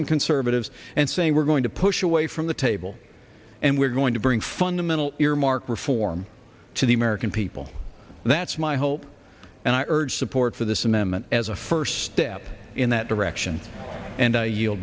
and conservatives and saying we're going to push away from the table and we're going to bring fundamental earmark reform to the american people that's my hope and i urge support for this amendment as a first step in that direction and